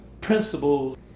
principles